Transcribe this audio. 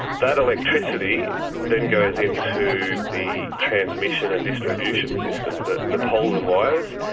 that electricity then goes into the transmission and distribution system, the the poles and wires.